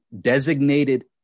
designated